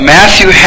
Matthew